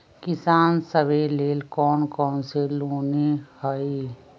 किसान सवे लेल कौन कौन से लोने हई?